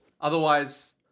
Otherwise